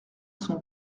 son